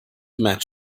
match